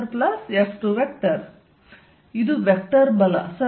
FF1F2 ಇದು vector ಬಲ ಸರಿ